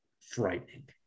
frightening